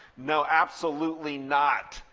no, absolutely not.